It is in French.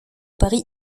paris